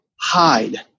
Hide